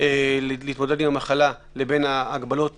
להתמודד עם המחלה לבין ההגבלות